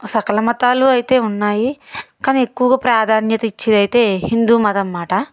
సకల మతాలు అయితే ఉన్నాయి కానీ ఎక్కువగా ప్రాధాన్యత ఇచ్చేదైతే హిందూ మతమనమాట